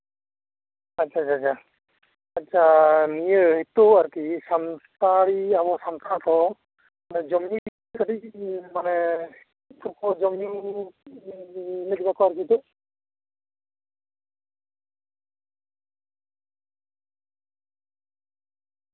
ᱟᱪᱪᱷᱟ ᱟᱪᱪᱷᱟ ᱟᱪᱪᱷᱟ ᱟᱪᱪᱷᱟ ᱱᱤᱭᱟᱹ ᱱᱤᱛᱳᱜ ᱟᱨᱠᱤ ᱥᱟᱱᱛᱟᱲᱤ ᱟᱵᱚ ᱥᱟᱱᱛᱟᱲ ᱠᱚ ᱡᱚᱢᱧᱩ ᱤᱫᱤ ᱠᱟᱛᱮᱫ ᱢᱟᱱᱮ ᱪᱮᱫ ᱠᱚᱠᱚ ᱡᱚᱢ ᱧᱩ ᱮᱫᱟ ᱱᱤᱛᱚᱜ